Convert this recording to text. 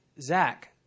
Zach